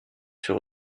fut